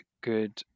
good